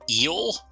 Eel